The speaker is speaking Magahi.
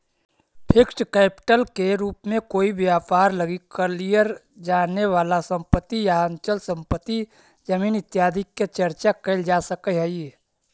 फिक्स्ड कैपिटल के रूप में कोई व्यापार लगी कलियर जाने वाला संपत्ति या अचल संपत्ति जमीन इत्यादि के चर्चा कैल जा सकऽ हई